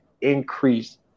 increase